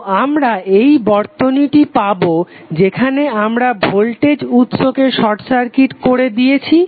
তো আমরা এই বর্তনীটি পাবো যেখানে আমরা ভোল্টেজ উৎস কে শর্ট সার্কিট করে দিয়েছি